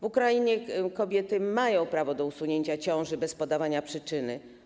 W Ukrainie kobiety mają prawo do usunięcia ciąży bez podawania przyczyny.